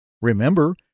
Remember